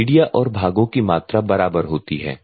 media और भागों की मात्रा बराबर होती है